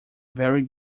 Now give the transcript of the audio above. very